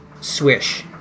swish